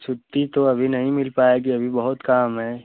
छुट्टी तो अभी नहीं मिल पाएगी अभी बहुत काम है